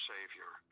Savior